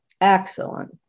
Excellent